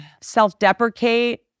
self-deprecate